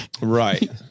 Right